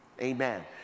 Amen